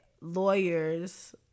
lawyers